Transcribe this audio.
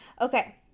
Okay